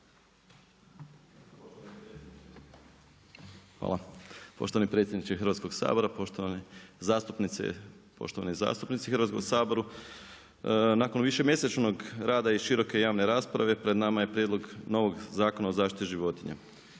Hvala. Poštovani predsjedniče Hrvatskog sabora, poštovane zastupnice i poštivani zastupnici u Hrvatskom saboru. Nakon višemjesečnog rada i široke javne rasprave pred nama je Prijedlog novog Zakona o zaštitit životinja.